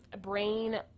brain